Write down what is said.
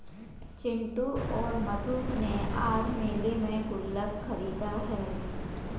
चिंटू और मधु ने आज मेले में गुल्लक खरीदा है